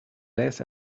last